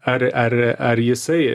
ar ar ar jisai